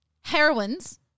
Heroines